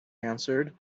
answered